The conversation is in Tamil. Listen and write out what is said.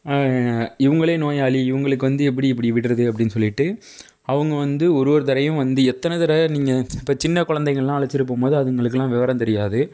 இவங்களே நோயாளி இவங்களுக்கு வந்து எப்படி இப்படி விடுறது அப்படினு சொல்லிவிட்டு அவங்க வந்து ஒரு ஒரு தடவையும் வந்து எத்தனை தடவை நீங்கள் இப்போ சின்ன குழந்தைகள்லாம் அழைச்சிகிட்டு போகும் போது அதுங்களுக்கெல்லாம் விவரம் தெரியாது